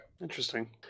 interesting